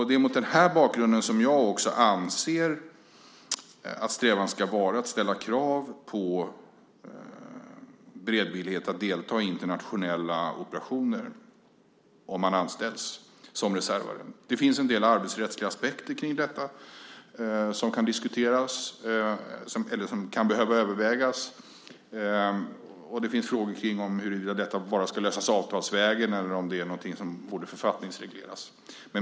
Det är mot den bakgrunden som jag anser att strävan ska vara att ställa krav på beredvillighet att delta i internationella operationer om man anställs som reservare. Det finns en del arbetsrättsliga aspekter kring detta som kan behöva övervägas. Det finns frågor om huruvida detta ska lösas avtalsvägen eller om det är något som borde författningsregleras.